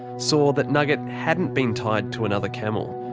saw that nugget hadn't been tied to another camel.